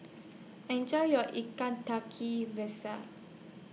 Enjoy your Ikan Tiga Rasa